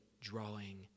drawing